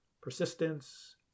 persistence